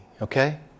Okay